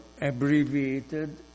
abbreviated